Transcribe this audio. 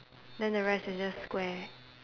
then the rest is just square